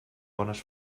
bones